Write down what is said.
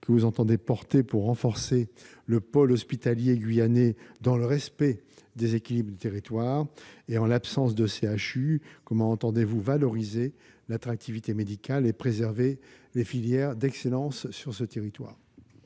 comptez-vous déployer pour renforcer le pôle hospitalier guyanais dans le respect des équilibres du territoire ? En l'absence de CHU, comment entendez-vous valoriser l'attractivité médicale et préserver les filières d'excellence sur ce territoire ?